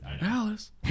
Alice